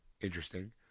interesting